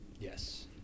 yes